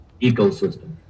ecosystem